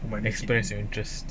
who might express your interest